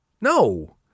no